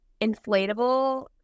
inflatable